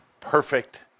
perfect